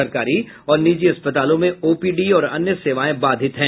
सरकारी और निजी अस्पतालों में आेपीडी और अन्य सेवाएं बाधित हैं